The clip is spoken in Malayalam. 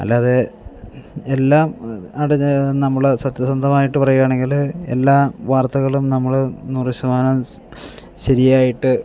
അല്ലാതെ എല്ലാം അത് അവിടെ ചെന്നു നമ്മൾ സത്യസന്ധമായിട്ട് പറയുകയാണെങ്കിൽ എല്ലാ വാർത്തകളും നമ്മൾ നൂറു ശതമാനം ശരിയായിട്ട്